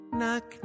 Knock